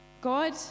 God